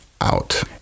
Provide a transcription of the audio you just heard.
out